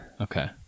Okay